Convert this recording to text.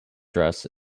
dress